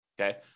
Okay